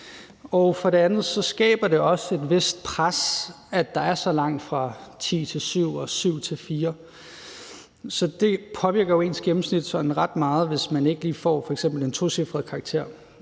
og for det andet skaber det også et vist pres, at der er så langt fra 10 til 7 og fra 7 til 4. Så det påvirker jo ens gennemsnit sådan ret meget, hvis man f.eks. ikke lige får en tocifret karakter.